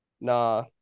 Nah